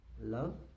love